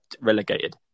relegated